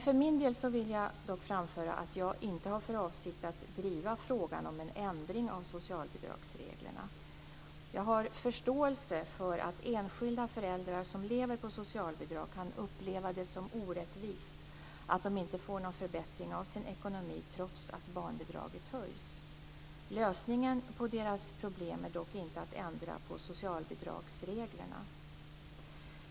För min del vill jag dock framföra att jag inte har för avsikt att driva frågan om en ändring av socialbidragsreglerna. Jag har förståelse för att enskilda föräldrar som lever på socialbidrag kan uppleva det som orättvist att de inte får någon förbättring av sin ekonomi trots att barnbidraget höjs. Lösningen på deras problem är dock inte att ändra på socialbidragsreglerna.